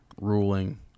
ruling